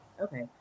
Okay